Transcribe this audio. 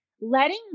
letting